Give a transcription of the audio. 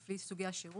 לפי סוגי השירות,